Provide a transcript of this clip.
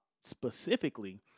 specifically